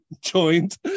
joined